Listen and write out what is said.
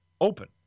Open